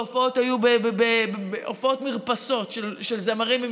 הופעות מרפסות של זמרים,